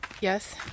Yes